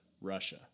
Russia